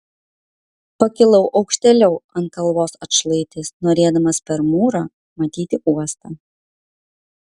pakilau aukštėliau ant kalvos atšlaitės norėdamas per mūrą matyti uostą